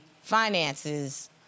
finances